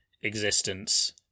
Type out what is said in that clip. existence